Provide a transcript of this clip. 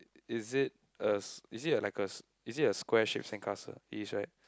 is it a s~ is it a like a s~ is it a square shape sandcastle it is right